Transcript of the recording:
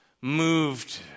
moved